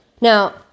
Now